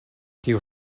kiu